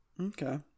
Okay